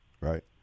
right